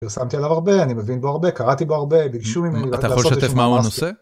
‫פרסמתי עליו הרבה, אני מבין בו הרבה, ‫קראתי בו הרבה, ביקשו ממני... ‫אתה יכול לשתף מה הוא הנושא?